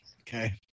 Okay